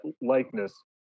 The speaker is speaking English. likeness